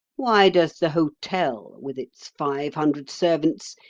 why does the hotel, with its five hundred servants,